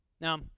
Now